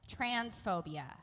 transphobia